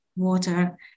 water